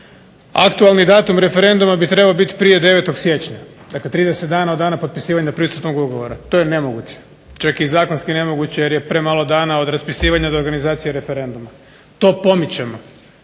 aktualni datum referenduma bi trebao biti prije 9. siječnja, dakle 30 dana od dana potpisivanja pristupnog ugovora. To je nemoguće. Čak je i zakonski nemoguće, jer je premalo dana od raspisivanja do organizacije referenduma. To pomičemo,